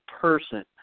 person